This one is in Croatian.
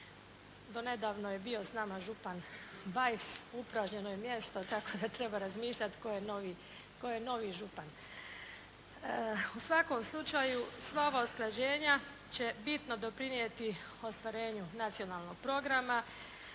Do nedavno je bio s nama župan Bajs. Upražnjeno je mjesto tako da treba razmišljati tko je novi župan. U svakom slučaju sva ova usklađenja će bitno doprinijeti ostvarenju nacionalnog programa,